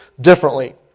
differently